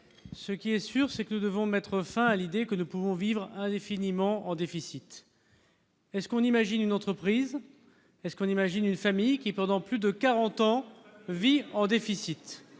ce qui est sûr, c'est que nous devons mettre fin à l'idée que nous pouvons vivre indéfiniment en déficit est-ce qu'on imagine une entreprise est-ce qu'on imagine une famille qui, pendant plus de 40 ans vit en déficit